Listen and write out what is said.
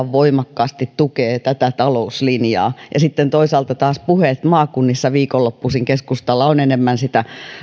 voimakkaasti tukee tätä talouslinjaa sitten toisaalta taas puheet maakunnissa viikonloppuisin keskustalla ovat enemmän sitä